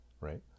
right